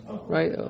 right